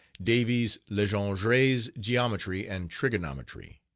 davies' legendre's geometry and trigonometry.